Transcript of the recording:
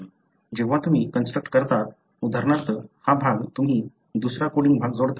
जेव्हा तुम्ही कंस्ट्रक्ट करता उदाहरणार्थ हा भाग तुम्ही दुसरा कोडिंग भाग जोडता